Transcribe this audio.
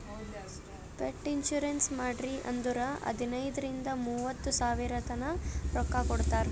pet insurance ಮಾಡ್ರಿ ಅಂದುರ್ ಹದನೈದ್ ರಿಂದ ಮೂವತ್ತ ಸಾವಿರತನಾ ರೊಕ್ಕಾ ಕೊಡ್ತಾರ್